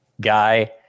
guy